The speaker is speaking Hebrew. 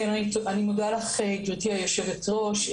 אני מודה לך, גברתי היושבת ראש.